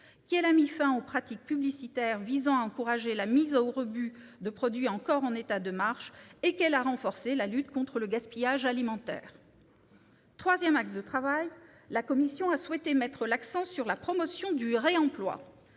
qu'elle a mis fin aux pratiques publicitaires visant à encourager la mise au rebut de produits encore en état de marche et qu'elle a renforcé la lutte contre le gaspillage alimentaire. Troisième axe de travail, la commission a décidé de mettre l'accent sur la promotion du réemploi.